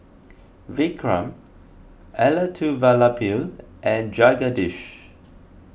Vikram Elattuvalapil and Jagadish